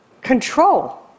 control